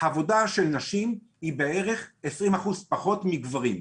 והעבודה של נשים היא בערך 20% פחות מגבים ולכן,